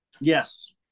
Yes